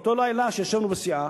באותו לילה שישבנו בסיעה,